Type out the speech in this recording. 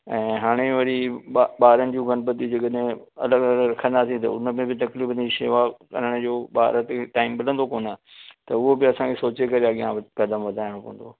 ऐं हाणे वरी ॿारनि जूं गणपति जेकॾहिं अलॻि अलॻि रखंदासीं त उन में बि तकलीफ़ उनजी शेवा कराइण जो ॿार खे टाइम मिलंदो कोन्ह त उहो बि असांखे सोचे करे अॻियां कदमु वधाइणो पवंदो